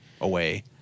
away